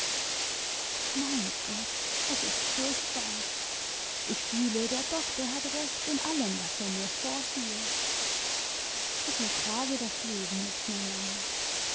mein gott es ist furchtbar ich fühle der doktor hat recht in allem was er mir vorhielt ich ertrage das leben nicht mehr lange